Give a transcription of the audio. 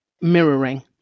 mirroring